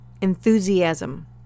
enthusiasm